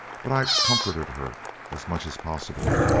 but i comforted her as much as possible.